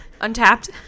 Untapped